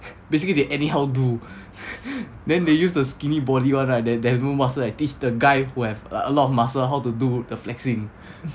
basically they anyhow do then they use the skinny body [one] right that that have no muscle teach the guy who have like a lot of muscle how to do the flexing